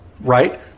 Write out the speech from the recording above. right